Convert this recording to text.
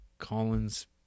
Collins